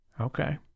okay